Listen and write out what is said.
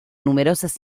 numerosas